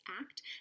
act